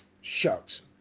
shucks